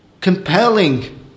compelling